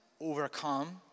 overcome